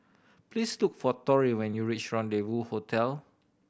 please look for Torrey when you reach Rendezvou Hotel